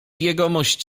jegomość